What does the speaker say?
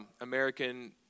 American